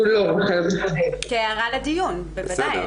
כהערה לדיון, בוודאי.